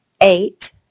eight